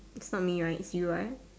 it's not me right it's you ah